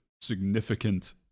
significant